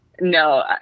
no